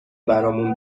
برامون